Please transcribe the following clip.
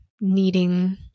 needing